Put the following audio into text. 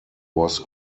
was